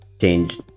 change